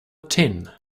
tin